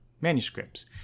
manuscripts